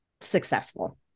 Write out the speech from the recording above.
successful